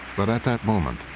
but at that moment,